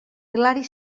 hilari